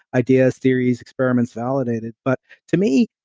ideas, theories, experiments validated but to me,